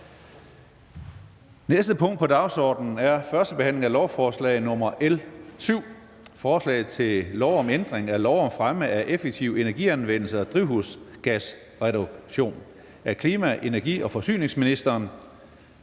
næste punkt på dagsordenen er: 8) 1. behandling af lovforslag nr. L 7: Forslag til lov om ændring af lov om fremme af effektiv energianvendelse og drivhusgasreduktion. (Udmøntning af CCUS-puljer